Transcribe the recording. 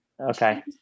Okay